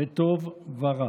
וטוב ורע.